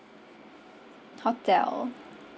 hotel